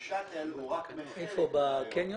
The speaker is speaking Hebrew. בקניון?